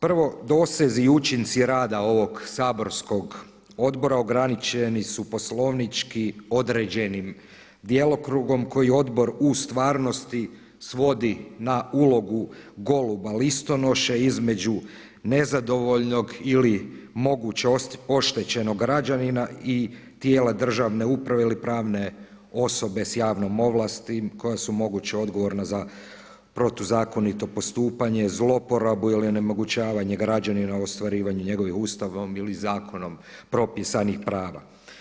Prvo dosezi i učinci rada ovog saborskog odbora ograničeni su poslovnički određenim djelokrugom koji Odbor u stvarnosti svodi na ulogu goluba listonoše između nezadovoljnog ili moguće oštećenog građanina i tijela državne uprave ili pravne osobe sa javnom ovlasti koja su moguće odgovorna za protuzakonito postupanje, zlouporabu ili onemogućavanje građanina u ostvarivanju njegovih Ustavom ili zakonom propisanih prava.